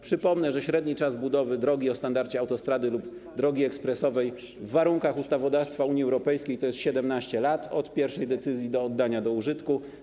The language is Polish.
Przypomnę, że średni czas budowy drogi o standardzie autostrady lub drogi ekspresowej w warunkach ustawodawstwa Unii Europejskiej wynosi 17 lat, licząc od pierwszej decyzji do oddania do użytku.